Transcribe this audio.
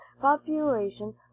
population